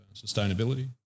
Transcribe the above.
sustainability